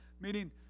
Meaning